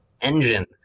engine